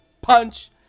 punch